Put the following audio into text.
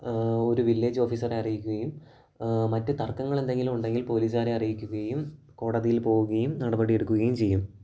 ഒരു വില്ലേജ് ഓഫീസറെ അറിയിക്കുകയും മറ്റു തർക്കങ്ങൾ എന്തെങ്കിലും ഉണ്ടെങ്കിൽ പോലീസുകാരെ അറിയിക്കുകയും കോടതിയിൽ പോകുകയും നടപടിയെടുക്കുകയും ചെയ്യും